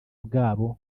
bwabo